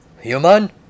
Human